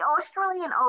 Australian